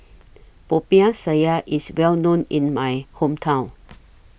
Popiah Sayur IS Well known in My Hometown